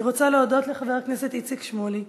אני רוצה להודות לחבר הכנסת איציק שמולי,